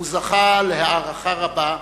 הוא זכה להערכה רבה,